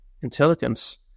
intelligence